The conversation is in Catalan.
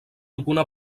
alguna